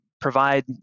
provide